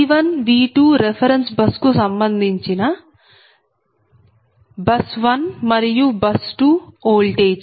V1 V2 reference bus కు సంబంధించి bus 1 మరియు బస్ 2 ఓల్టేజ్